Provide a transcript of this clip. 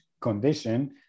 condition